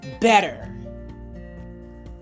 better